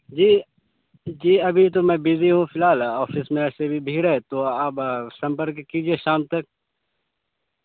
جی جی ابھی تو میں بزی ہوں فی الحال آفس میں ایسے بھی بھیڑ ہے تو آپ سمپرک کیجیے شام تک